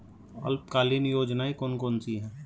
अल्पकालीन योजनाएं कौन कौन सी हैं?